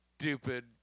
stupid